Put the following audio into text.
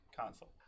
console